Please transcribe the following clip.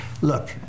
Look